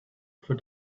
for